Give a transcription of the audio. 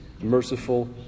merciful